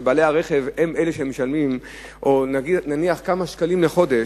שבעלי הרכב הם שמשלמים כמה שקלים בחודש,